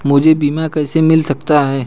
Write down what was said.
मुझे बीमा कैसे मिल सकता है?